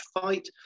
fight